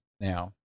now